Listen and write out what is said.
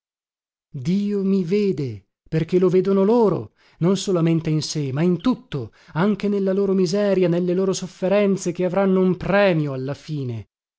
dio mi vede perché lo vedono loro non solamente in sé ma in tutto anche nella loro miseria nelle loro sofferenze che avranno un premio alla fine